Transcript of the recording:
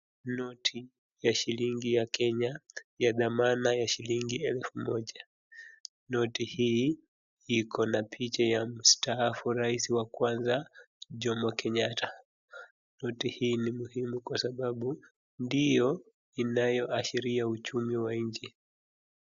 Noti ya shilingi ya Kenya ya thamana ya shilingi elfu moja. Noti hii ikona picha ya mstaafu rais wa kwanza Jomo Kenyatta. Noti hii ni muhimu kwa sababu ndiyo inayoashiria uchumi wa nchi.